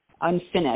unfinished